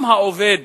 אם העובד